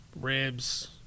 ribs